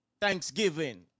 Thanksgiving